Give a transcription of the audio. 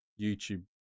YouTube